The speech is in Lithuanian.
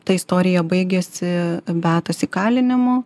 tai istorija baigėsi beatos įkalinimu